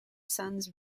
sons